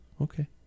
Okay